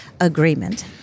agreement